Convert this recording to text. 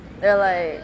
it'll like